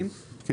כן.